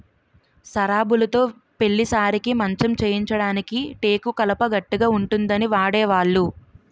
సరాబులుతో పెళ్లి సారెకి మంచం చేయించడానికి టేకు కలప గట్టిగా ఉంటుందని వాడేవాళ్లు